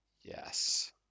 Yes